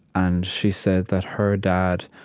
and she said that her dad,